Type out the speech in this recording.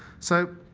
so